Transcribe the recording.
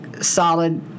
solid